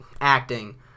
acting